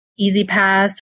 EasyPass